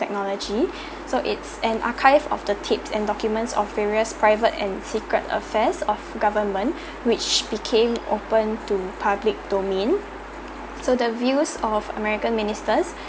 technologies so it's an archive of the tips and documents of various private and secret affairs of government which became open to public to mean so the views of american minister